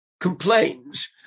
complains